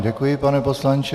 Děkuji vám, pane poslanče.